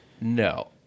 No